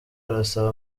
arasaba